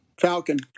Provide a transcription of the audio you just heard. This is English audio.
Falcon